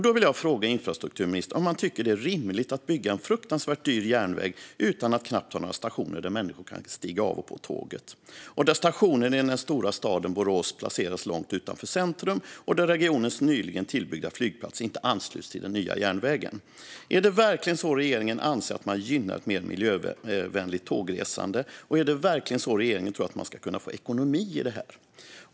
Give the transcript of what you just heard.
Då vill jag fråga infrastrukturministern om han tycker att det är rimligt att bygga en fruktansvärt dyr järnväg och knappt ha några stationer där människor kan stiga av och på tåget, att stationen i den stora staden Borås placeras utanför centrum och att regionens nyligen tillbyggda flygplats inte ansluts till den nya järnvägen. Är det verkligen så regeringen anser att man gynnar ett mer miljövänligt tågresande? Och är det verkligen så regeringen tror att man ska kunna få ekonomi i det här?